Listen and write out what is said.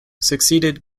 succeeded